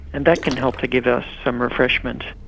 and that can help to give us some refreshment.